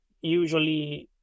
usually